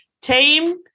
Team